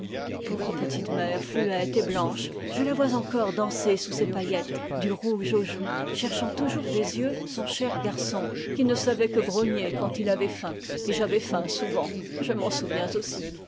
pauvre petite mère fluette et blanche je la vois encore danser sous ses paillettes du rouge aux joues cherchant toujours des yeux son cher garçon qui ne savait que grogner quand il avait faim et j'avais faim souvent je m'en souviens aussi